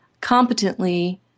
competently